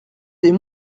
des